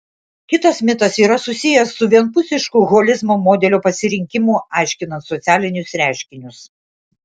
kitas mitas yra susijęs su vienpusišku holizmo modelio pasirinkimu aiškinant socialinius reiškinius